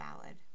valid